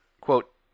quote